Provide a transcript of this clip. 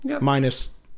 Minus